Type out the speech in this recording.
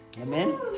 Amen